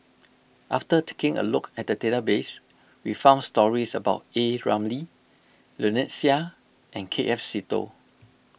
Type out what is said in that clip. after taking a look at the database we found stories about A Ramli Lynnette Seah and K F Seetoh